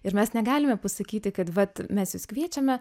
ir mes negalime pasakyti kad vat mes jus kviečiame